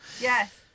Yes